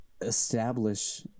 establish